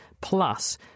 plus